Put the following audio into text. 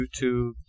YouTube